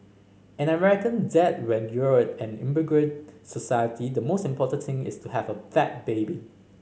and I reckon that when you're an immigrant society the most important thing is to have a fat baby